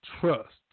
trust